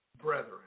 brethren